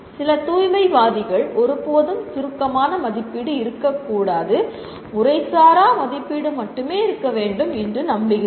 சில தூய்மைவாதிகள் ஒருபோதும் சுருக்கமான மதிப்பீடு இருக்கக்கூடாது முறைசாரா மதிப்பீடு மட்டுமே இருக்க வேண்டும் என்று நம்புகிறார்கள்